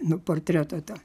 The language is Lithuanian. nu portreto tą